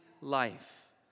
life